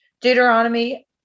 Deuteronomy